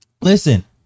listen